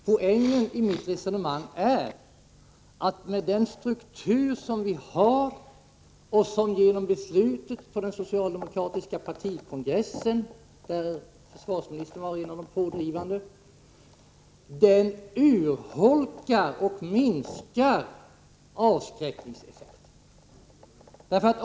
Poängen i mitt resonemang är den att försvarets struktur — bl.a. genom beslutet på den socialdemokratiska partikongressen, och försvarsministern var ju en pådrivande kraft — minskar avskräckningseffekten.